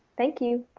thank you. you.